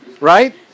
right